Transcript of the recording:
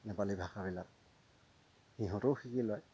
নেপালী ভাষাবিলাক সিহঁতেও শিকি লয়